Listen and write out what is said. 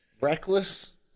Reckless